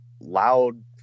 loud